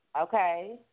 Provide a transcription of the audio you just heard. Okay